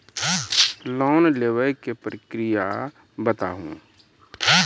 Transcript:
Loan लेवे के प्रक्रिया बताहू?